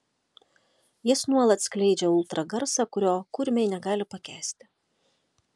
jis nuolat skleidžia ultragarsą kurio kurmiai negali pakęsti